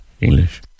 English